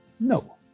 No